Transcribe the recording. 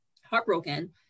heartbroken